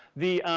the,